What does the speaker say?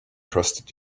trusted